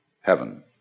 heaven